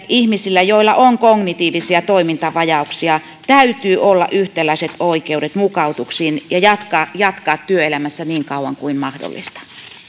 ihmisillä joilla on kognitiivisia toimintavajauksia täytyy olla yhtäläiset oikeudet mukautuksiin ja jatkaa jatkaa työelämässä niin kauan kuin mahdollista